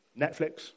Netflix